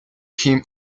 him